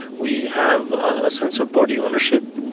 we have a sense of body ownership,